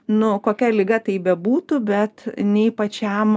nu kokia liga tai bebūtų bet nei pačiam